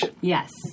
Yes